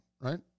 right